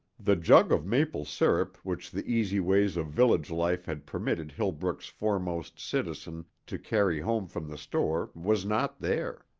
the jug of maple sirup which the easy ways of village life had permitted hillbrook's foremost citizen to carry home from the store was not there.